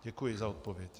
Děkuji za odpověď.